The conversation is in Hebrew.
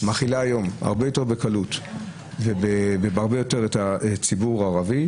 הרבה יותר בקלות את הציבור הערבי,